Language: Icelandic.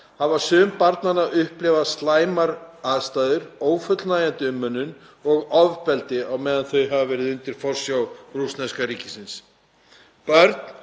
hafa sum barnanna upplifað slæmar aðstæður, ófullnægjandi umönnun og ofbeldi á meðan þau hafa verið undir forsjá rússneska ríkisins.